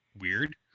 weird